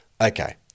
Okay